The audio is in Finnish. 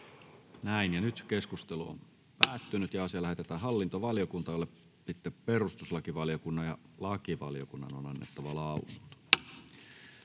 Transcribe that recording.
asia. Puhemiesneuvosto ehdottaa, että asia lähetetään hallintovaliokuntaan, jolle perustuslakivaliokunnan ja lakivaliokunnan on annettava lausunto.